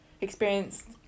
experienced